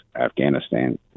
Afghanistan